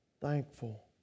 thankful